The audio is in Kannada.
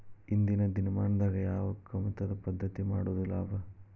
ಇಂದಿನ ದಿನಮಾನದಾಗ ಯಾವ ಕಮತದ ಪದ್ಧತಿ ಮಾಡುದ ಲಾಭ?